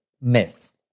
myth